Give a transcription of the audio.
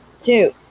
Two